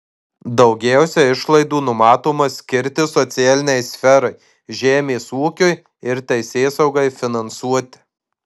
daugiausiai išlaidų numatoma skirti socialinei sferai žemės ūkiui ir teisėsaugai finansuoti